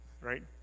right